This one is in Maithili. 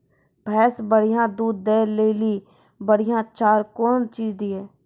भैंस बढ़िया दूध दऽ ले ली बढ़िया चार कौन चीज दिए?